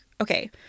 okay